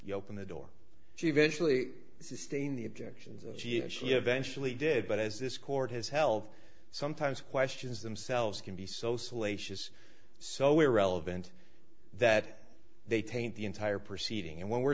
you open the door she eventually sustain the objections and she and she eventually did but as this court has held sometimes questions themselves can be so salacious so irrelevant that they taint the entire proceeding and when we're